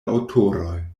aŭtoroj